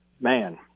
man